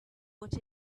what